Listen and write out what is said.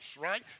right